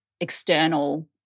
external